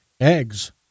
Eggs